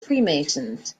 freemasons